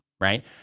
Right